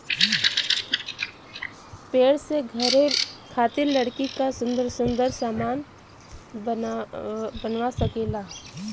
पेड़ से घरे खातिर लकड़ी क सुन्दर सुन्दर सामन बनवा सकेला